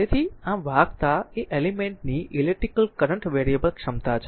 તેથી આમ વાહકતા એ એલિમેન્ટ ની ઈલેક્ટ્રીકલ કરંટ વેરિયેબલ ક્ષમતા છે